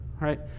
right